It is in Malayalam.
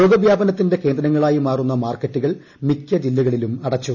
രോഗവ്യാപനത്തിന്റെ കേന്ദ്രങ്ങളായി മാറുന്ന മാർക്കറ്റുകൾ മിക്ക ജില്ലകളിലും അടച്ചു